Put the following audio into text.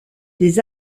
des